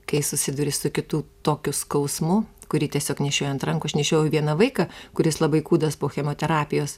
kai susiduri su kitų tokiu skausmu kurį tiesiog nešiojo ant rankų aš nešiojau vieną vaiką kuris labai kūdas po chemoterapijos